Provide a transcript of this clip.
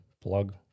plug